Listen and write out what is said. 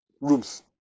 rooms